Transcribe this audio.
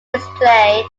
display